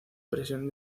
presión